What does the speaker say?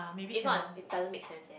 if not it doesn't make sense eh